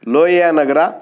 Lohia Nagar